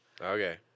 Okay